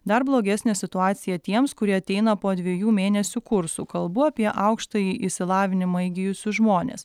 dar blogesnė situacija tiems kurie ateina po dviejų mėnesių kursų kalbu apie aukštąjį išsilavinimą įgijusius žmones